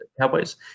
Cowboys